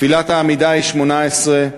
תפילת העמידה היא שמונה-עשרה,